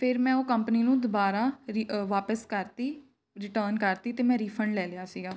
ਫਿਰ ਮੈਂ ਉਹ ਕੰਪਨੀ ਨੂੰ ਦੁਬਾਰਾ ਵਾਪਸ ਕਰਤੀ ਰਿਟਰਨ ਕਰਤੀ ਅਤੇ ਮੈਂ ਰੀਫੰਡ ਲੈ ਲਿਆ ਸੀਗਾ